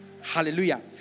Hallelujah